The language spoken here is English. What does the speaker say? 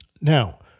Now